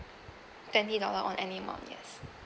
twenty dollar on any amount yes